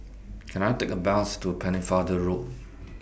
Can I Take A Bus to Pennefather Road